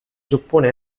suppone